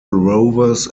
rovers